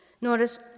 Notice